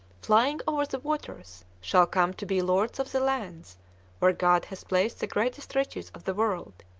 flying over the waters, shall come to be lords of the lands where god has placed the greatest riches of the world.